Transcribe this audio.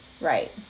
right